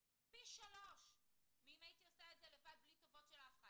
פי 3 מאם הייתי עושה את זה לבד בלי טובות של אף אחד.